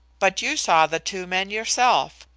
but you saw the two men yourself,